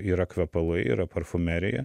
yra kvepalai yra parfumerija